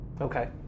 Okay